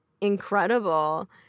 incredible